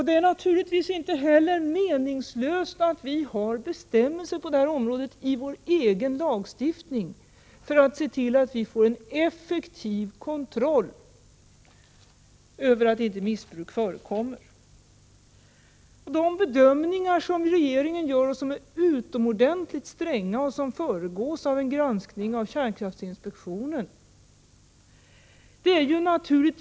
Det är naturligtvis inte heller meningslöst att vi har bestämmelser på detta område i vår egen lagstiftning för att se till att vi får en effektiv kontroll över att inte missbruk förekommer. De bedömningar som regeringen gör är utomordentligt stränga och föregås av granskning av kärnkraftinspektionen.